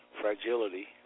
Fragility*